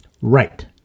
Right